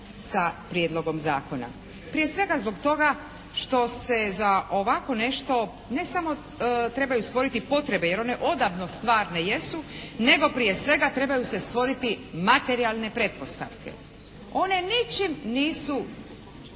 sa prijedlogom zakona. Prije svega zbog toga što se za ovako nešto ne samo trebaju stvoriti potrebe jer one odavno stvarne jesu, nego prije svega trebaju se stvoriti materijalne pretpostavke. One ničim nisu